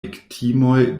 viktimoj